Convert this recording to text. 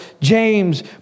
James